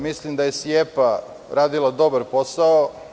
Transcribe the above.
Mislim da je SIEPA radila dobar posao.